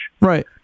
Right